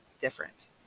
different